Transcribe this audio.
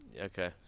Okay